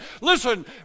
Listen